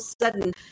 sudden